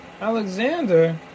Alexander